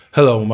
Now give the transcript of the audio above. Hello